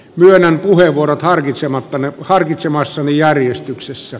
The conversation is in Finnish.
myönnän puheenvuorot harkitsemassani järjestyksessä